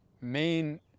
main